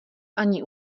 ani